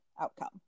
outcome